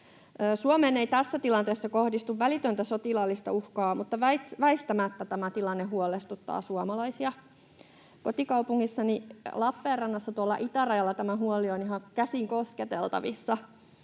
Suomeen ei tässä tilanteessa kohdistu välitöntä sotilaallista uhkaa, mutta väistämättä tämä tilanne huolestuttaa suomalaisia. Kotikaupungissani Lappeenrannassa tuolla itärajalla tämä huoli on ihan käsinkosketeltavissa,